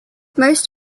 most